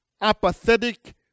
apathetic